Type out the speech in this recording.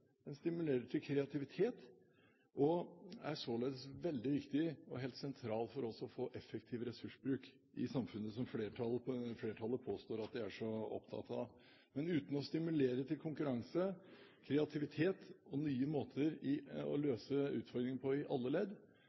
den eneste løsningen. Men OPS stimulerer til konkurranse og kreativitet og er således veldig viktig og helt sentral for å få effektiv ressursbruk i samfunnet, som flertallet påstår at de er så opptatt av. Men uten å stimulere til konkurranse, kreativitet og nye måter å løse utfordringer på i alle ledd